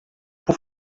por